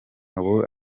ubu